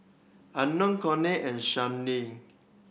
Unknown Coley and